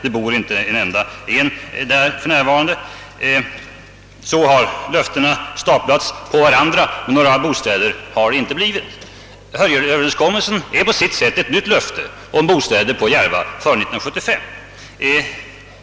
Det bor inte en enda där för närvarande! Så har löftena staplats på varandra men några bostäder har det inte blivit. Hörjelöverenskommelsen är på sitt sätt ett nytt löfte om bostäder på Järvafältet, nämligen före 1975.